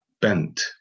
bent